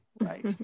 Right